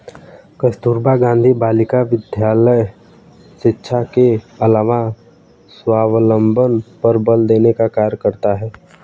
कस्तूरबा गाँधी बालिका विद्यालय शिक्षा के अलावा स्वावलम्बन पर बल देने का कार्य करता है